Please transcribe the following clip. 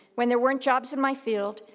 when there weren't jobs in my field,